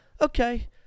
Okay